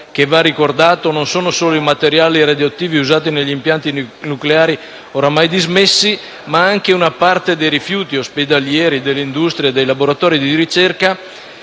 che - va ricordato - non sono solo i materiali radioattivi usati negli impianti nucleari ormai dismessi, ma anche una parte dei rifiuti ospedalieri, dell'industria e dei laboratori di ricerca.